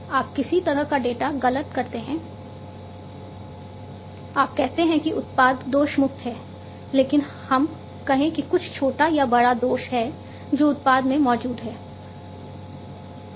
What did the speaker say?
आप कहते हैं कि उत्पाद दोष मुक्त है लेकिन हम कहें कि कुछ छोटा या बड़ा दोष है जो उत्पाद में मौजूद है